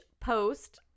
Post